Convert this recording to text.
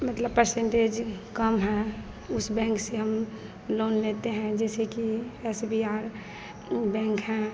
मतलब पर्सेन्टेज कम है उस बैंक से हम लोन लेते हैं जैसे कि एस बी आय बैंक है